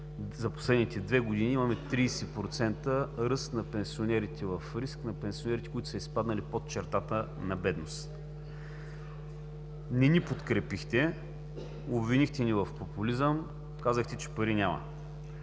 за последните две години имаме 30% ръст на пенсионерите в риск, на пенсионерите, които са изпаднали под чертата на бедност. Не ни подкрепихте, обвинихте ни в популизъм, казахте, че пари няма.